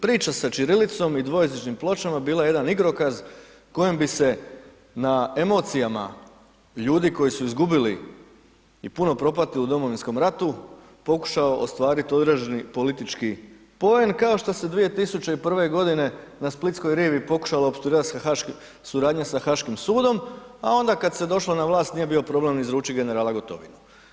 Priča sa ćirilicom i dvojezičnim pločama bila je jedan igrokaz kojom bi se na emocijama ljudi koji su izgubili i puno propatili u Domovinskom ratu, pokušao ostvariti određeni politički poen, kao što se 2001. g. na splitskoj rivi pokušalo opstruirati suradnja sa Haaškim sudom, a onda kad se došlo na vlast, nije bio problem izručiti generala Gotovinu.